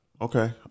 Okay